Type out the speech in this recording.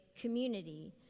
community